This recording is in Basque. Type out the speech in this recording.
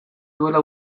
duela